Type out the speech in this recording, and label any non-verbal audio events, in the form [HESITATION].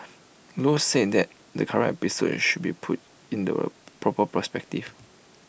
low said that the current episode should be put in the [HESITATION] proper perspective